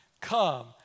Come